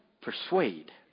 persuade